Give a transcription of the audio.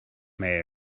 may